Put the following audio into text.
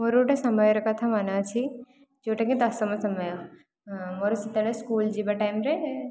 ମୋର ଗୋଟିଏ ସମୟର କଥା ମନେ ଅଛି ଯେଉଁଟା କି ଦଶମ ସମୟ ମୋର ସେତେବେଳେ ସ୍କୁଲ ଯିବା ଟାଇମ୍ରେ